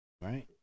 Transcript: right